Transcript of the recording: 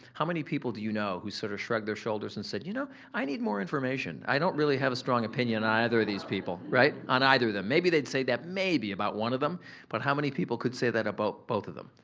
how many people do you know who sort of shrugged their shoulders and said you know i need more information? i don't really have a strong opinion on either of these people, right, on either of them. maybe they'd say that, maybe, about one of them but how many people could say that about both of them?